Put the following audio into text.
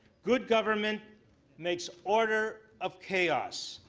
good government makes order of chaos.